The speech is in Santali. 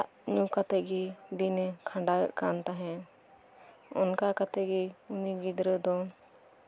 ᱫᱟᱜ ᱧᱩ ᱠᱟᱛᱮᱫ ᱜᱮ ᱫᱤᱱᱮ ᱠᱷᱟᱸᱰᱟᱣ ᱮᱫ ᱛᱟᱦᱮᱸᱫ ᱚᱱᱠᱟ ᱠᱟᱛᱮᱫ ᱜᱮ ᱩᱱᱤ ᱜᱤᱫᱽᱨᱟᱹ ᱫᱚ